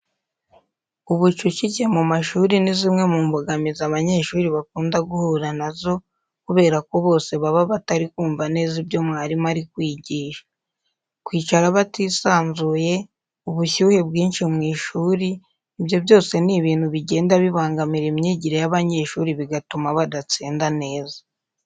Ubucucike mu mashuri ni zimwe mu mbogamizi abanyeshuri bakunda guhura na zo kubera ko bose baba batari kumva neza ibyo mwarimu ari kwigisha. Kwicara batisanzuye, ubushyuhe bwinshi mu ishuri, ibyo byose ni ibintu bigenda bibangamira imyigire y'abanyeshuri bigatuma badatsinda neza.